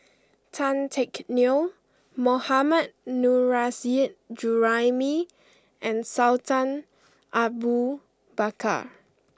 Tan Teck Neo Mohammad Nurrasyid Juraimi and Sultan Abu Bakar